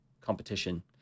competition